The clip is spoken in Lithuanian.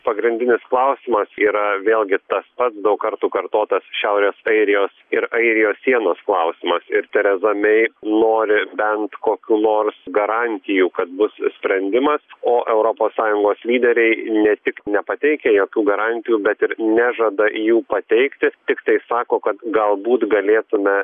pagrindinis klausimas yra vėlgi tas pats daug kartų kartotas šiaurės airijos ir airijos sienos klausimas ir tereza mei nori bent kokių nors garantijų kad bus sprendimas o europos sąjungos lyderiai ne tik nepateikia jokių garantijų bet ir nežada jų pateikti tiktai sako kad galbūt galėtume